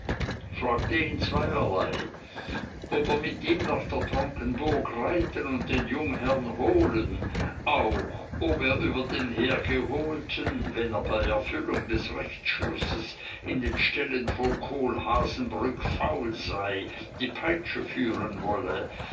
fragte ihn zweierlei ob er mit ihm nach der tronkenburg reiten und den jungherrn holen auch ob er über den hergeholten wenn er bei erfüllung des rechtsschlusses in den ställen von kohlhaasenbrück faul sei die peitsche führen wolle